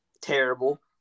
terrible